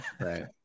Right